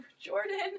Jordan